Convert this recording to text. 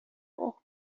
اوه